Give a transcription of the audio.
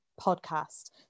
podcast